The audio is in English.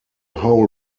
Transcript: whole